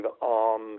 on